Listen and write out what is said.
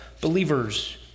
believers